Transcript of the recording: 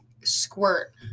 squirt